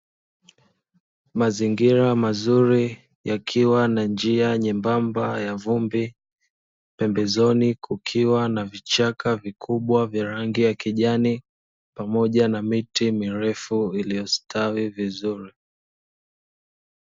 Mazingira mazuri, yakiwa na njia nyembamba ya vumbi, pembezoni kukiwa na vichaka vikubwa vya rangi ya kijani pamoja na miti mirefu iliyostawi vizuri.